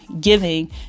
giving